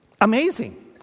Amazing